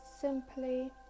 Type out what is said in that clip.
simply